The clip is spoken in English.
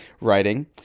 writing